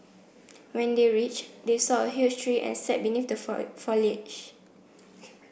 when they reached they saw a huge tree and sat beneath the foliage